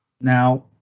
Now